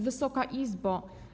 Wysoka Izbo!